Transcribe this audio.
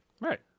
Right